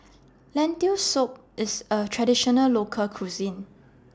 Lentil Soup IS A Traditional Local Cuisine